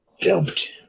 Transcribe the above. dumped